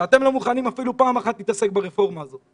כשאתם לא מוכנים אפילו פעם אחת להתעסק ברפורמה הזו.